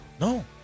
No